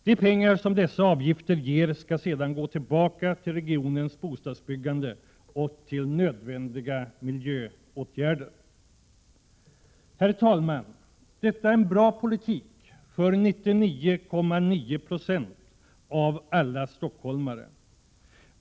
De pengar som dessa avgifter ger skall sedan gå tillbaka till regionens bostadsbyggande och till nödvändiga miljöåtgärder. Herr talman! Centerpartiets politik är bra för 99,9 96 av alla stockholmare.